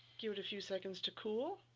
give it a few seconds to cool,